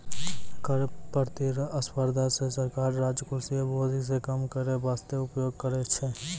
कर प्रतिस्पर्धा के सरकार राजकोषीय बोझ के कम करै बासते उपयोग करै छै